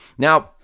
Now